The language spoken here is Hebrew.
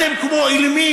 זה לא יעזור לכם.